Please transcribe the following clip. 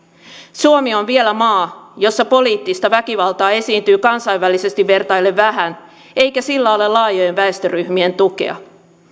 suomi on vielä maa jossa poliittista väkivaltaa esiintyy kansainvälisesti vertaillen vähän ja jossa sillä ei ole laajojen väestöryhmien tukea